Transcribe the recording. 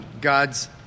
God's